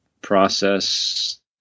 process